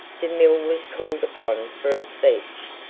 demille was called upon for a speech,